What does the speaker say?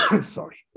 Sorry